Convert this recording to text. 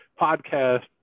podcast